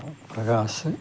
Prakash